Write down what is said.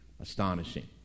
astonishing